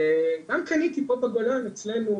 וגם קניתי פה בגולן אצלנו,